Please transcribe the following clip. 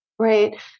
Right